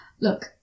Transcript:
Look